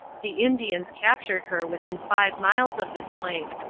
the indians captured her within five miles of this place,